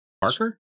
Parker